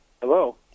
Hello